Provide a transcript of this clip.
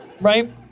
right